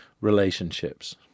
relationships